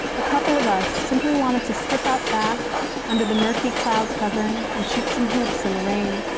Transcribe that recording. a couple of us simply wanted to slip out back under the murky cloud covering and shoot some hoops in the rain.